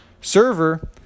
Server